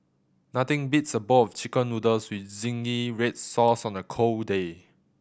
nothing beats a bowl of Chicken Noodles with zingy red sauce on a cold day